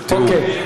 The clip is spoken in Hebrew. אוקיי.